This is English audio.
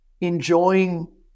enjoying